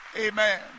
Amen